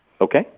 Okay